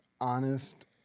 honest